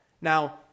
Now